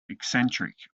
eccentric